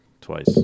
Twice